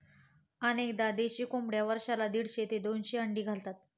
अनेकदा देशी कोंबड्या वर्षाला दीडशे ते दोनशे अंडी घालतात